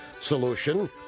Solution